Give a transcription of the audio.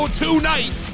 tonight